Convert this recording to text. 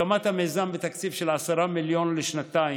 הקמת המיזם, בתקציב של 10 מיליון לשנתיים,